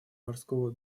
морского